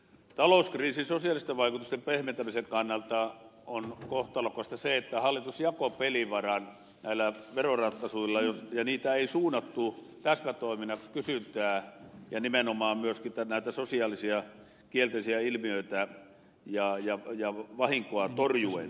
talouskriisin sosiaalisten vaikutusten pehmentämisen kannalta on kohtalokasta se että hallitus jakoi pelivaran näillä veroratkaisuilla ja niitä ei suunnattu täsmätoimina kysyntää lisäten ja nimenomaan myöskin näitä sosiaalisia kielteisiä ilmiöitä ja vahinkoa torjuen